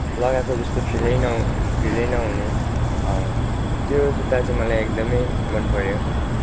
लगाएको जस्तो फिलै नहु फिलै नहुने त्यो जुत्ता चाहिँ मलाई एकदमै मनपऱ्यो